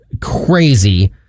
crazy